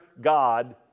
God